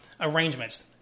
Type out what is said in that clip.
arrangements